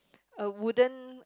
a wooden